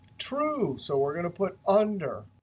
true, so we're going to put under.